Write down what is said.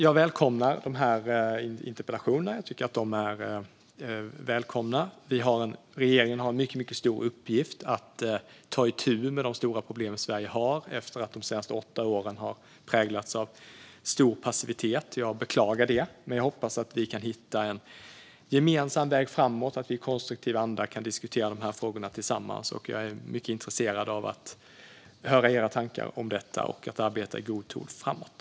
Jag välkomnar dessa interpellationer. Regeringen har en mycket stor uppgift när det gäller att ta itu med de stora problem som Sverige har, efter att de senaste åtta åren har präglats av stor passivitet. Jag beklagar det, men jag hoppas att vi kan hitta en gemensam väg framåt och i konstruktiv anda diskutera dessa frågor tillsammans. Jag är mycket intresserad av att höra era tankar om detta och av att arbeta i god ton framåt.